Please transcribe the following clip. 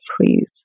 Please